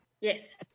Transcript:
Yes